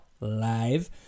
live